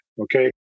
okay